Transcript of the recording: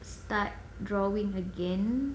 start drawing again